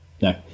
no